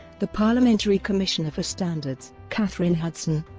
the parliamentary commissioner for standards, kathryn hudson,